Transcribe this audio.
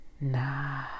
nah